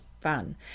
fun